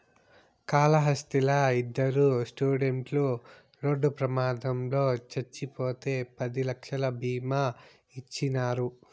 కాళహస్తిలా ఇద్దరు స్టూడెంట్లు రోడ్డు ప్రమాదంలో చచ్చిపోతే పది లక్షలు బీమా ఇచ్చినారు